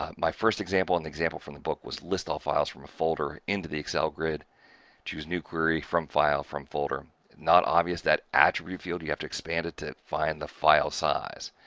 um my first example in the example from the book was, list all files from a folder into the excel grid choose new query, from file, from folder not obvious, that attribute field you have to expand it to find the file size.